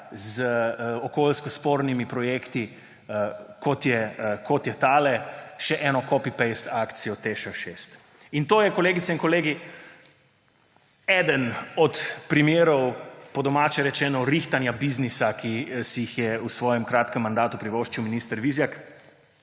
z okoljsko spornimi projekti, kot je tale še ena copy-paste akcija Teš 6. To je, kolegice in kolegi, eden od primerov po domače rečeno rihtanja biznisa, ki si jih je v svojem kratkem mandatu privoščil minister Vizjak.